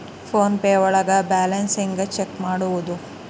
Phone pay ಒಳಗ balance ಹೆಂಗ್ check ಮಾಡುವುದು?